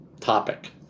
topic